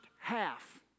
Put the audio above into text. half